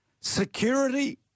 Security